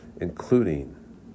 including